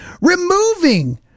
removing